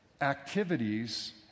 activities